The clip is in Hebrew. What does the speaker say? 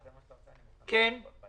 כן, שגית.